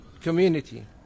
community